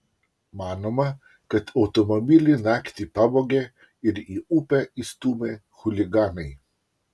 manoma kad automobilį naktį pavogė ir į upę įstūmė chuliganai